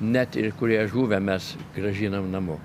net ir kurie žuvę mes grąžinam namo